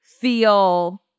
feel